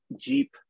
Jeep